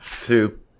two